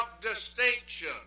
distinction